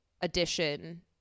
addition